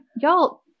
y'all